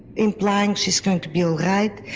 implying she is going to be al right,